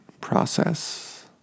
process